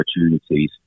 opportunities